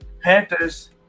Panthers